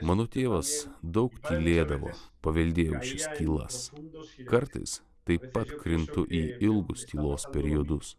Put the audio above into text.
mano tėvas daug tylėdavo paveldėjau šias tylas kartais taip pat krintu į ilgus tylos periodus